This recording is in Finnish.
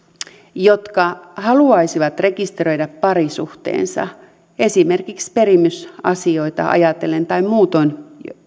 jotka haluaisivat rekisteröidä parisuhteensa esimerkiksi perimysasioita ajatellen tai haluaisivat muutoin